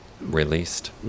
released